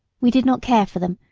we did not care for them,